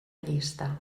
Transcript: llista